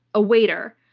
a waiter,